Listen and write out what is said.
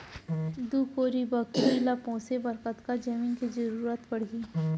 दू कोरी बकरी ला पोसे बर कतका जमीन के जरूरत पढही?